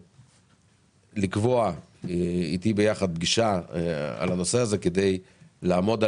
לקבוע איתי פגישה על הנושא הזה כדי לעמוד על